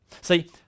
See